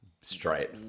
straight